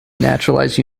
naturalized